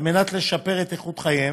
על מנת לשפר את איכות חייהם,